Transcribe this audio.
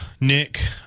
Nick